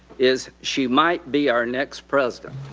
is she might be our next president.